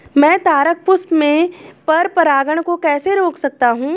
मैं तारक पुष्प में पर परागण को कैसे रोक सकता हूँ?